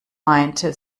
meinte